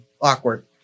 awkward